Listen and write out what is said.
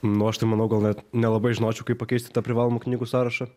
nu aš tai manau gal net nelabai žinočiau kaip pakeisti tą privalomų knygų sąrašą